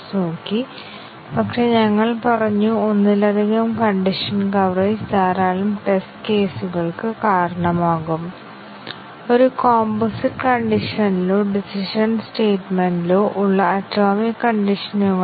അതിനാൽ 3 ന് ശേഷം ഞങ്ങൾ ഈ എഡ്ജ് വരച്ചു അങ്ങനെ ഐടെറേഷന്റ്റെ അവസാനം ലൂപ്പ് എക്സ്പ്രഷൻ വിലയിരുത്തുകയും ലൂപ്പ് എക്സ്പ്രഷൻ തെറ്റായി മാറുകയാണെങ്കിൽ കൺട്രോൾ അടുത്ത സ്റ്റേറ്റ്മെൻറ്ലേക്ക് മാറ്റുകയും ചെയ്യും